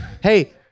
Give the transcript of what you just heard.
Hey